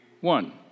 one